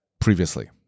previously